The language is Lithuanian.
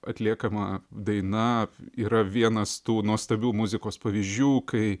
atliekama daina yra vienas tų nuostabių muzikos pavyzdžių kai